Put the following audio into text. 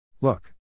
Look